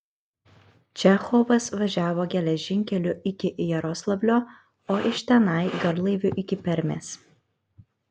čechovas važiavo geležinkeliu iki jaroslavlio o iš tenai garlaiviu iki permės